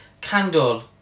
candle